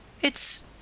It's